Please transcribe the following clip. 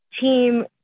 team